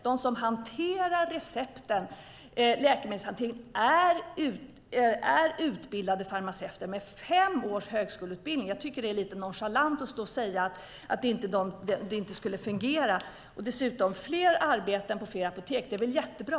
De som sköter läkemedelshanteringen är utbildade farmaceuter med fem års högskoleutbildning. Jag tycker att det är lite nonchalant att påstå att det inte skulle fungera. Fler arbeten på fler apotek är väl jättebra?